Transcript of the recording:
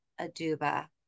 Aduba